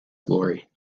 glory